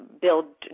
build